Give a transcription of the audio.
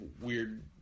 weird